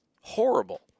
Horrible